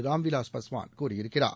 ராம்விலாஸ் பஸ்வான் கூறியிருக்கிறார்